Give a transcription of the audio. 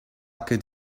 could